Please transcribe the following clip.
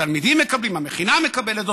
התלמידים מקבלים, המכינה מקבלת.